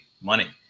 money